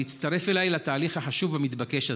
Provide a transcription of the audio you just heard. להצטרף אליי לתהליך החשוב והמתבקש הזה.